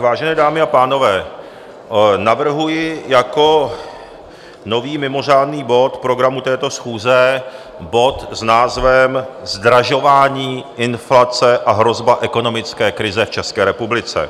Vážené dámy a pánové, navrhuji jako nový mimořádný bod v programu této schůze bod s názvem Zdražování, inflace a hrozba ekonomické krize v České republice.